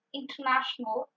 International